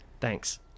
Thanks